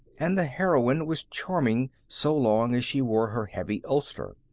and the heroine was charming so long as she wore her heavy ulster.